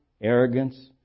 arrogance